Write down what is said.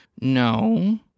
no